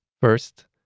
First